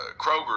Kroger